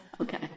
Okay